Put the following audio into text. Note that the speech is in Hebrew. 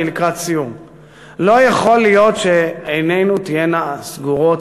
לא יכול להיות שעינינו תהיינה סגורות